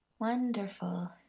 Wonderful